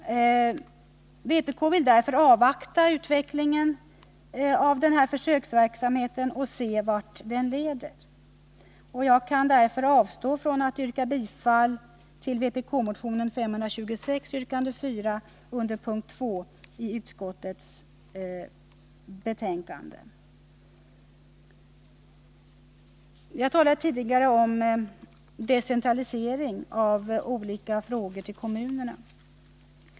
Vpk vill därför avvakta utvecklingen av den försöksverksamhet som åberopas och se vart denna leder. Jag kan därför avstå från att yrka bifall till vpk-motionen 526 yrkandet 4. Jag talade tidigare om decentralisering till kommunerna av olika frågor.